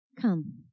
Come